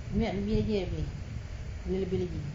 nak views lebih lagi